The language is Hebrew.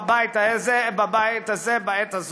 בבית הזה בעת הזאת.